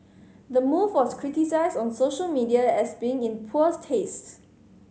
the move was criticised on social media as being in poor tastes